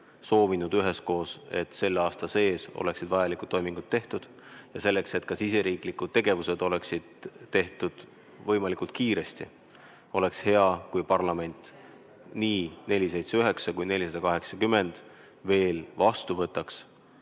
soovinud üheskoos, et selle aasta sees oleksid vajalikud toimingud tehtud. Ja selleks, et ka riigisisesed tegevused oleksid tehtud võimalikult kiiresti, oleks hea, kui parlament võtaks nii 479 kui ka 480 vastu veel